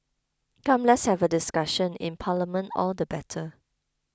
come let's have a discussion in Parliament all the better